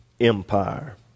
Empire